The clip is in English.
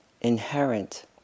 inherent